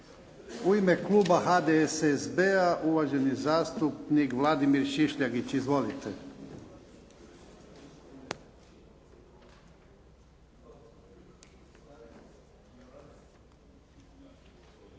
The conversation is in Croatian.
U ime kluba HDSSB-a uvaženi zastupnik Vladimir Šišljagić. Izvolite.